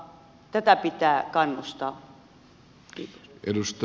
tätä pitää kannustaa